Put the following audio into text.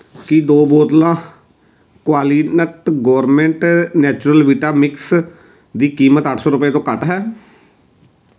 ਕੀ ਦੋ ਬੋਤਲਾਂ ਕੁਆਲੀਨਟ ਗੌਰਮੇਟ ਨੈਚੁਰਲ ਵਿਟਾ ਮਿਕਸ ਦੀ ਕੀਮਤ ਅੱਠ ਸੌ ਰੁਪਏ ਤੋਂ ਘੱਟ ਹੈ